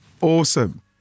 awesome